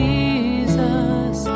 Jesus